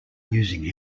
using